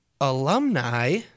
Alumni